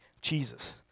Jesus